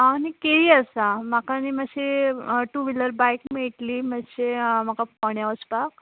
हांव न्ही केरी आसां म्हाका न्ही मातशी टू व्हिलर बायक मेळटली मातशें म्हाका फोण्या वसपाक